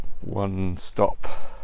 one-stop